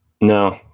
No